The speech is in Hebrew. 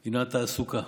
היא התעסוקה.